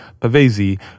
Pavese